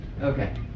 Okay